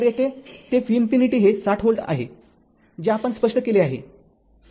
तर येथे ते v ∞ हे ६० व्होल्ट आहे जे आपण स्पष्ट केले आहे